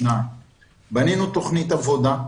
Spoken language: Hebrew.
בנינו תכנית עבודה,